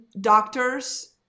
doctors